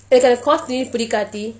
எனக்கு:enakku course பிடிக்காட்டி:pidikatti